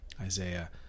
Isaiah